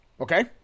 Okay